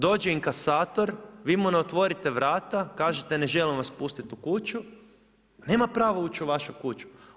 Dođe inkasator, vi mu ne otvorite vrata, kažete ne želim vas pustit u kuću, nema pravo ući u vašu kuću.